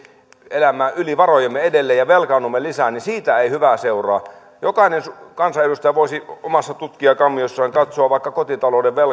elämään yli varojemme edelleen ja velkaannumme lisää niin siitä ei hyvää seuraa jokainen kansanedustaja voisi omassa tutkijankammiossaan katsoa vaikka kotitalouden velkaantumisen